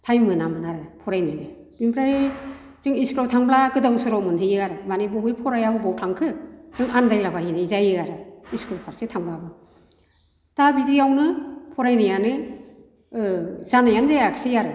time मोनामोन आरो फरायनोनो बेनिफ्राय जों इस्कुलआव थांब्ला गोदाव सोराव मोनहैयो आरो मानि अबे फराया अबाव थांखो एकदम आन्दायलाबायहैनाय जायो आरो इस्कुल फारसे थांबाबो दा बिदियावनो फरायनायानो जानायानो जायाखिसै आरो